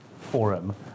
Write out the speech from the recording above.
forum